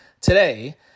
today